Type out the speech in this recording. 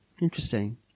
interesting